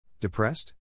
Depressed